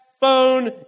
phone